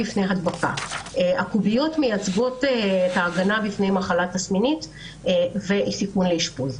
הקוביות מייצגות הגנה בפני מחלה תסמינית וסיכויי האשפוז.